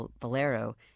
Valero